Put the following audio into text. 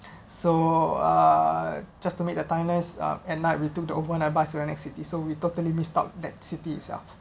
so uh just to meet the timelines uh at night we took the overnight bus to the next city so we totally missed out that city itself